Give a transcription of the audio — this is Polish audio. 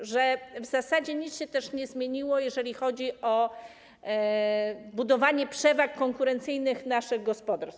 To, że w zasadzie nic się też nie zmieniło, jeżeli chodzi o budowanie przewag konkurencyjnych naszych gospodarstw.